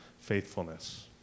faithfulness